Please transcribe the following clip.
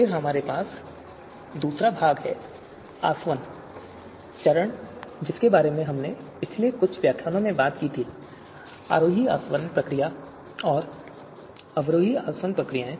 फिर हमारे पास दूसरा भाग है आसवन चरण जिसके बारे में हमने पिछले कुछ व्याख्यानों में बात की थी कि आरोही आसवन प्रक्रिया और अवरोही आसवन प्रक्रियाएँ